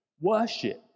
worship